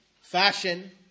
fashion